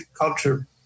culture